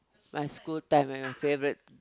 my school time ah my favourite